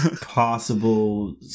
possible